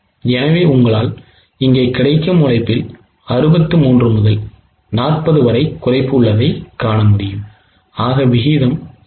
எனவே உங்களால் இங்கே கிடைக்கும் உழைப்பில் 63 முதல் 40 வரை குறைப்பு உள்ளதை காண முடியும் ஆக விகிதம் 0